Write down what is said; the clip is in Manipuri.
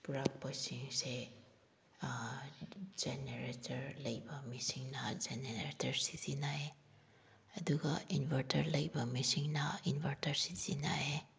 ꯄꯨꯔꯛꯄꯁꯤꯡꯁꯦ ꯖꯦꯅꯔꯦꯇꯔ ꯂꯩꯕ ꯃꯤꯁꯤꯡꯅ ꯖꯦꯅꯔꯦꯇꯔ ꯁꯤꯖꯤꯟꯅꯩ ꯑꯗꯨꯒ ꯏꯟꯕꯔꯇꯔ ꯂꯩꯕ ꯃꯤꯁꯤꯡꯅ ꯏꯟꯕꯔꯇꯔ ꯁꯤꯖꯤꯟꯅꯩ